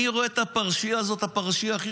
אני רואה בפרשייה הזאת את הפרשייה הכי